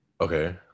Okay